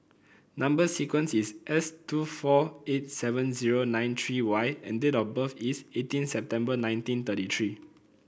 number sequence is S two four eight seven zero nine three Y and date of birth is eighteen September nineteen thirty three